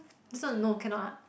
this one no cannot ah